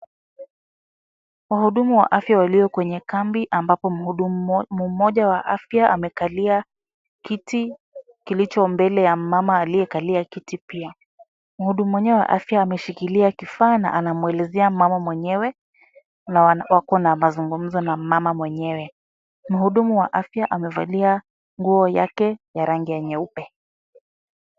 Wahudumu wa afya walio kwenye kambi ambapo mhudumu mmoja pia amekalia kiti kilicho mbele ya mmama aliyekalia kiti pia. Mhudumu mwenyewe wa afya ameshikilia kifaa na anamwelezea mama mwenyewe na wako na mazungumzo na mama mwenyewe. Mhudumu wa afya amevalia nguo yake ya rangi ya nyeupe.